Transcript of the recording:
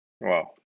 Wow